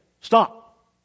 Stop